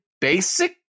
basic